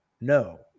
no